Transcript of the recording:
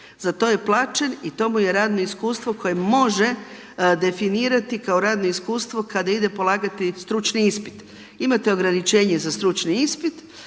za to je plaćen i to mu je radno iskustvo koje može definirati kao radno iskustvo kada ide polagati stručni ispit. Imate ograničenje za stručni ispit